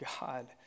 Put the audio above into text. God